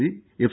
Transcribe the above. C F